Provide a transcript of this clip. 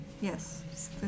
Yes